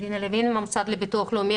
שמי דינה לוין מהמוסד לביטוח לאומי,